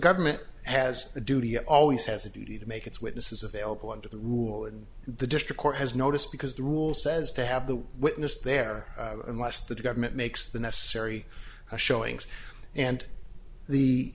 government has a duty it always has a duty to make its witnesses available under the rule in the district court has noticed because the rule says to have the witness there unless the government makes the necessary showings and the